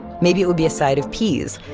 maybe it would be a side of peas,